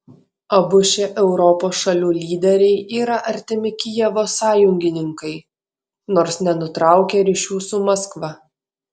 abu šie europos šalių lyderiai yra artimi kijevo sąjungininkai nors nenutraukia ryšių su maskva